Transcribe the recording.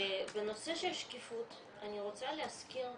בנושא של שקיפות, אני רוצה להזכיר,